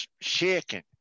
shaking